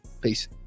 Peace